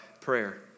prayer